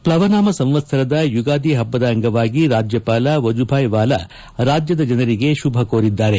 ಪ್ಲವನಾಮ ಸಂವತ್ಸರದ ಯುಗಾದಿ ಹಬ್ಬದ ಅಂಗವಾಗಿ ರಾಜ್ಯಪಾಲ ವಾಜೂಭಾಯಿ ವಾಲಾ ರಾಜ್ಯದ ಜನರಿಗೆ ಶುಭ ಕೋರಿದ್ದಾರೆ